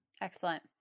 Excellent